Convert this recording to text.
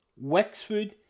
Wexford